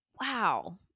Wow